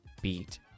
beat